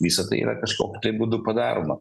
visa tai yra kažkokiu tai būdu padaroma